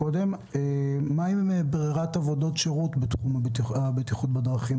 מה עם בררת עבודות שירות בתחום בטיחות בדרכים?